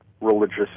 religious